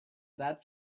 that